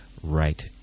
right